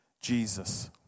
Jesus